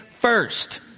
first